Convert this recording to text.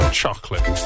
chocolate